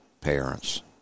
parents